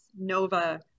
Nova